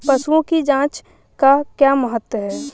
पशुओं की जांच का क्या महत्व है?